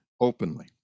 openly